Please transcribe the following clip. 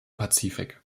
pazifik